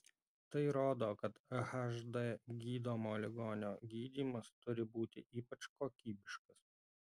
tai rodo kad hd gydomo ligonio gydymas turi būti ypač kokybiškas